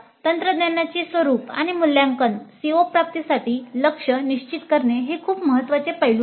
तंत्रज्ञानाची स्वरूप आणि मूल्यांकन CO प्राप्तीसाठी लक्ष्य निश्चित करणे हे खूप महत्वाचे पैलू आहेत